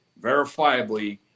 verifiably